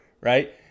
right